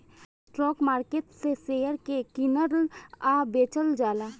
stock market में share के कीनल आ बेचल जाला